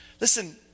Listen